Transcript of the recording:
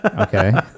Okay